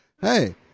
hey